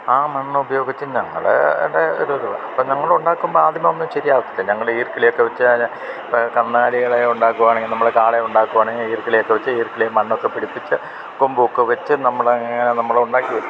ആ മണ്ണ് ഉപയോഗിച്ച് ഞങ്ങളുടെ ഒരു അപ്പം ഞങ്ങളൊണ്ടാക്കുമ്പ ആദ്യമേ ഒന്നും ശരിയാവത്തില്ല ഞങ്ങളീർക്കിലിയെക്കെ വെച്ച് അയിനെ കന്നാലികളെ ഉണ്ടാക്കുവാണെങ്കി നമ്മള് കാളെ ഒണ്ടാക്കുവാണേ ഈര്ക്കിളിയെക്കെ വെച്ച് ഈര്ക്കിലീം മണ്ണൊക്കെ പിടിപ്പിച്ച് കൊമ്പും ഒക്കെ വെച്ച് നമ്മൾ അങ്ങനെ നമ്മൾ ഉണ്ടാക്കി വെ